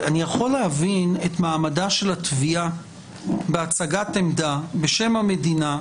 אני יכול להבין את מעמדה של התביעה בהצגת עמדה בשם המדינה,